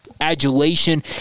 adulation